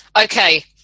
Okay